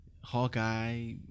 Hawkeye